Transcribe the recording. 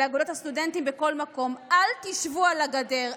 לאגודות הסטודנטים בכל מקום: אל תשבו על הגדר,